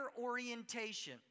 orientation